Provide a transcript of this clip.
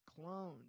cloned